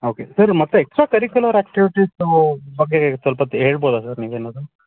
okay sir ಮತ್ತೆ extra curricular activities ಬಗ್ಗೆ ಸ್ವಲ್ಪ ತಿ ಹೇಳ್ಬೋದಾ ಸರ್ ನೀವೇನಾದರೂ